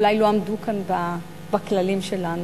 אולי לא עמדו כאן בכללים שלנו.